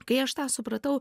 kai aš tą supratau